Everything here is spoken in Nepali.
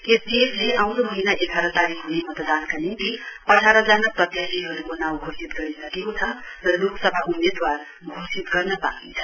एसडिएफ ले आउँदो महीना एघार तारीक हुने मतदानका निम्ति अठार जना प्रत्याशीहरुको नाउँ घोषित गरिसकेको छ र लोकसभा उम्मेदवार घोषित गर्न बाँकी छ